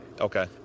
Okay